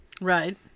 Right